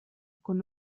con